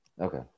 okay